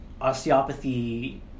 osteopathy